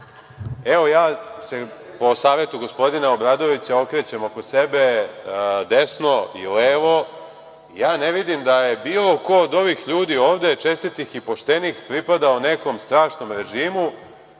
pokušaću. Po savetu gospodina Obradovića, okrećem se oko sebe desno i levo i ne vidim da je bilo ko od ovih ljudi ovde, čestitih i poštenih, pripadao nekom strašnom režimu.